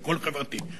הכול חברתי.